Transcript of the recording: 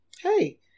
Hey